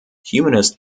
humanist